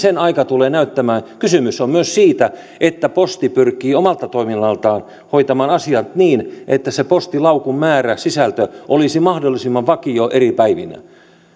tulee aika näyttämään kysymys on myös siitä että posti pyrkii omalla toiminnallaan hoitamaan asiat niin että se postilaukun sisältö olisi mahdollisimman vakio eri päivinä